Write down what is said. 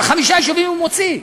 אבל חמישה יישובים הוא מוציא.